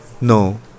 No